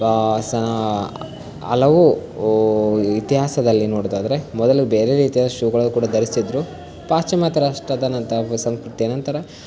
ಪಾ ಸ ಹಲವು ಇತಿಹಾಸದಲ್ಲಿ ನೋಡೋದಾದ್ರೆ ಮೊದಲು ಬೇರೆ ರೀತಿಯಾದ ಶೂಗಳು ಕೂಡ ಧರಿಸ್ತಿದ್ರು ಪಾಶ್ಚಿಮಾತ್ಯ ರಾಷ್ಟ್ರದ ನಂತರ ಸಂಸ್ಕೃತಿಯ ನಂತರ